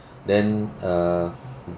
then err